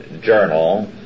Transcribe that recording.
Journal